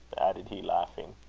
added he, laughing.